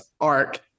arc